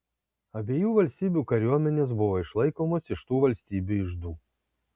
abiejų valstybių kariuomenės buvo išlaikomos iš tų valstybių iždų